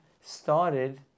started